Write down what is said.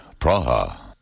Praha